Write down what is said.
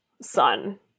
son